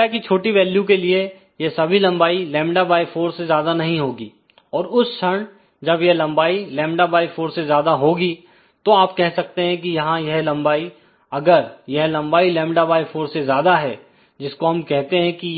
λ की छोटी वैल्यू के लिए यह सभी लंबाई λ4 से ज्यादा नहीं होगी और उस क्षण जब यह लंबाई λ4 से ज्यादा होगी तो आप कह सकते हैं कि यहां यह लंबाई अगर यह λ4 से ज्यादा है जिसको हम कहते हैं कि